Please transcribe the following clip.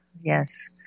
Yes